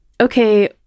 okay